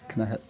खोनायाखै